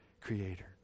creator